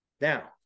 Now